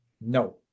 No